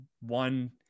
One